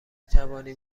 توانیم